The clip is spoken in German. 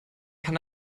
kann